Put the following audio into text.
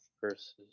versus